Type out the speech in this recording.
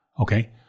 Okay